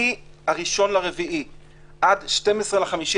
מה-1 באפריל עד 12 במאי,